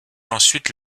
ensuite